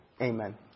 amen